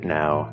now